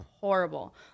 Horrible